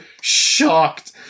shocked